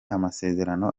amasezerano